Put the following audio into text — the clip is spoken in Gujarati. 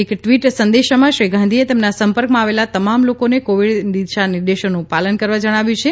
એક ટ્વીટ સંદેશમાં શ્રી ગાંધીએ તેમના સંપર્કમાં આવેલા તમામ લોકોને કોવિડ દિશાનિર્દેશોનું પાલન કરવા જણાવ્યું છે